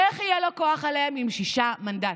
איך יהיה לו כוח עליהם עם שישה מנדטים?